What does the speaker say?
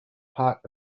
part